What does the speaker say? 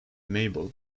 mabel